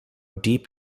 deep